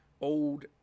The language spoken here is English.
old